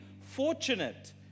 fortunate